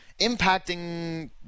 impacting